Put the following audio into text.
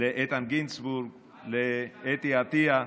לאיתן גינזבורג ולאתי עטייה,